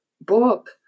book